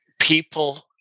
people